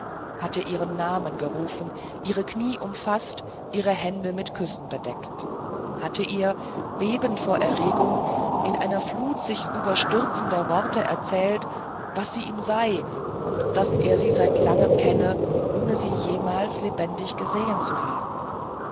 hatte ihren namen gerufen ihre knie umfaßt ihre hände mit küssen bedeckt hatte ihr bebend vor erregung in einer flut sich überstürzender worte erzählt was sie ihm sei und daß er sie seit langem kenne ohne sie jemals lebendig gesehen zu haben